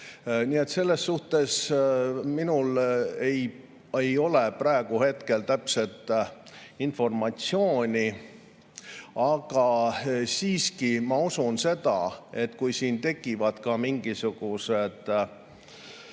selles suhtes minul ei ole praegu hetkel täpset informatsiooni. Aga siiski ma usun seda, et kui siin tekivad mingisugused